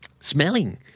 Smelling